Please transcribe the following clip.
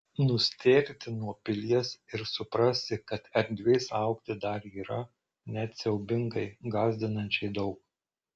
nustėrti nuo pilies ir suprasti kad erdvės augti dar yra net siaubingai gąsdinančiai daug